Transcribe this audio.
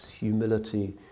humility